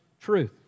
truth